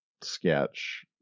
sketch